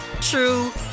true